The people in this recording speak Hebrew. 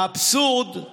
האבסורד הוא